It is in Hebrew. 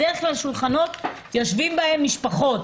בדרך כלל בשולחנות יושבות משפחות